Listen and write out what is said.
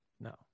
No